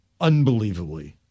unbelievably